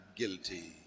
guilty